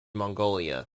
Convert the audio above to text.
mongolia